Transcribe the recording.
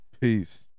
Peace